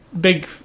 big